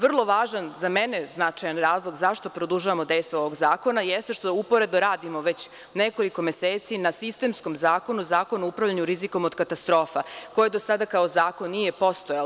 Vrlo važan, za mene, značajan razlog zašto produžavamo dejstvo ovog zakona jeste što uporedo radimo već nekoliko meseci na sistemskom zakonu, zakonu o upravljanju rizikom od katastrofa koji do sada kao zakon nije postojao.